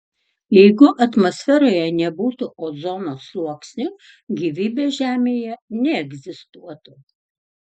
jeigu atmosferoje nebūtų ozono sluoksnio gyvybė žemėje neegzistuotų